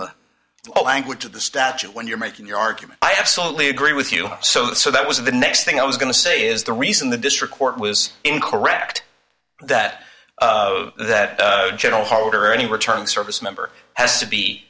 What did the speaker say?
the language of the statute when you're making your argument i absolutely agree with you so that was the next thing i was going to say is the reason the district court was incorrect that that general holder any returning service member has to be